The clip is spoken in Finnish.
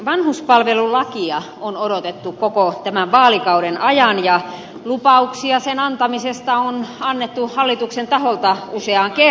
vanhuspalvelulakia on odotettu koko tämän vaalikauden ajan ja lupauksia sen antamisesta on annettu hallituksen taholta useaan kertaan